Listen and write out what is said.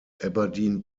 aberdeen